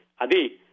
Adi